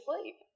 sleep